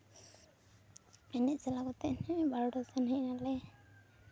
ᱮᱱᱮᱡ ᱪᱟᱞᱟᱣ ᱠᱟᱛᱮ ᱳᱭ ᱵᱟᱨᱚ ᱴᱟ ᱥᱮᱱ ᱦᱮᱡᱱᱟᱞᱮ